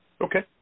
Okay